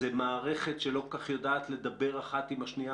זאת מערכת שלא כל כך יודעת לדבר אחת עם השנייה